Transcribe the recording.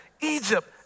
Egypt